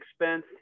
expense